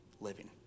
Living